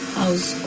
house